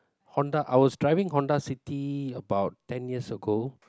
Honda I was driving Honda City about ten years ago